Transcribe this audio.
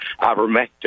ivermectin